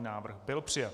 Návrh byl přijat.